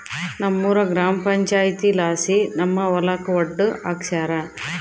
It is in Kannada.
ನಮ್ಮೂರ ಗ್ರಾಮ ಪಂಚಾಯಿತಿಲಾಸಿ ನಮ್ಮ ಹೊಲಕ ಒಡ್ಡು ಹಾಕ್ಸ್ಯಾರ